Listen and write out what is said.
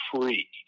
free